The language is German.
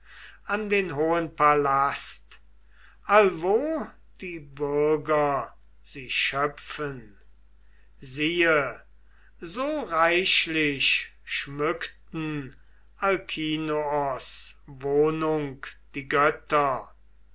an den hohen palast allwo die bürger sie schöpfen siehe so reichlich schmückten alkinoos wohnung die götter